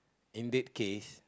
in that case